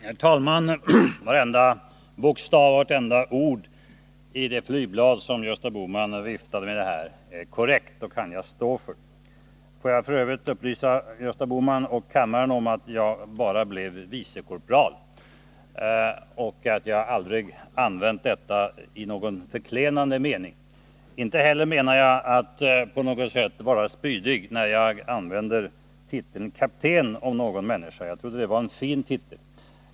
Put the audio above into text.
Herr talman! Varenda bokstav, vartenda ord i det flygblad som Gösta Bohman viftade med här är korrekt. Det kan jag stå för. Får jag f. ö. upplysa Gösta Bohman och kammaren om att jag bara blev vicekorpral. Jag har aldrig använt militära termer i någon förklenande mening. Inte heller menar jag att på något sätt vara spydig när jag använder titeln kapten om någon människa — jag trodde det var en fin titel.